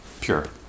pure